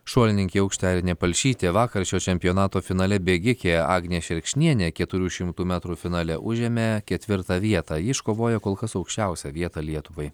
šuolininkė į aukštį airinė palšytė vakar šio čempionato finale bėgikė agnė šerkšnienė keturių šimtų metrų finale užėmė ketvirtą vietą ji iškovojo kol kas aukščiausią vietą lietuvai